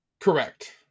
Correct